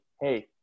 hey